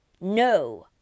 No